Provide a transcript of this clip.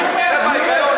איפה ההיגיון,